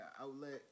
outlet